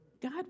God